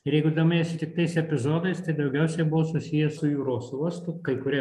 ir jeigu domėjosi tiktais epizodais tai daugiausiai buvo susiję su jūros uostu kai kurie